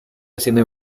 haciendo